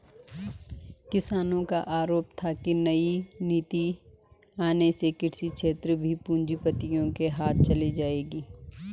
किसानो का आरोप था की नई नीति आने से कृषि क्षेत्र भी पूँजीपतियो के हाथ चली जाएगी